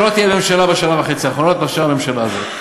יותר טוב מאשר לעשות רע.